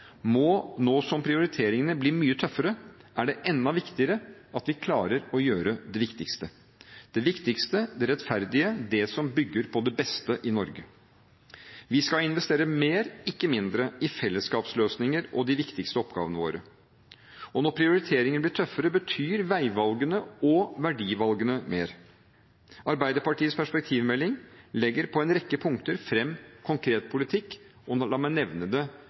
nå som prioriteringene blir mye tøffere, er det enda viktigere at vi klarer å gjøre det viktigste – det viktigste, det rettferdige, det som bygger på det beste ved Norge. Vi skal investere mer, ikke mindre, i fellesskapsløsninger og de viktigste oppgavene våre. Når prioriteringene blir tøffere, betyr veivalgene og verdivalgene mer. Arbeiderpartiets perspektivmelding legger på en rekke punkter fram konkret politikk. La meg nevne det